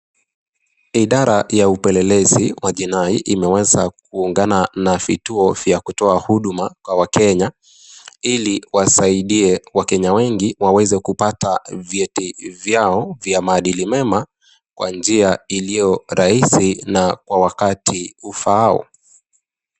Idara ya upelelezi wa jinai, imeweza kuungana na vituo vya kutoa huduma kwa wakenya ili wasaidie wakenya wengi waweze kupata vyeti vyao vya maadili mema, kwa njia iliyo rahisi na kwa wakati ufaao.